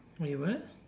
wait what